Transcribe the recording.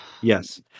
Yes